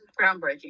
groundbreaking